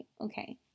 Okay